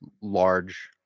large